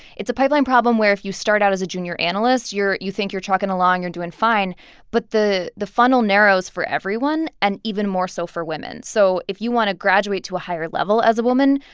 it's a pipeline problem where, if you start out as a junior analyst, you're you think you're trucking along you're doing fine but the the funnel narrows for everyone and even more so for women. so if you want to graduate to a higher level as a woman,